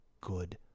good